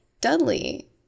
Dudley